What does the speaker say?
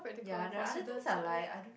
ya the other things are like I don't